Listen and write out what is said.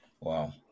wow